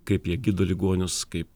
kaip jie gydo ligonius kaip